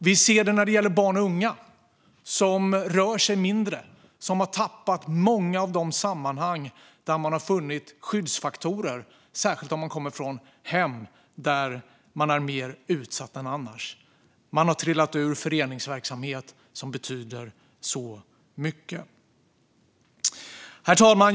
Vi ser det när det gäller barn och unga som rör sig mindre och som har tappat många av de sammanhang där man har funnit skyddsfaktorer, särskilt om man kommer från hem där man är mer utsatt än annars. Man har trillat ur föreningsverksamhet som betyder så mycket. Herr talman!